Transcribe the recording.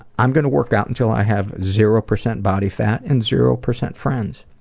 i'm gonna work out until i have zero percent body fat and zero percent friends.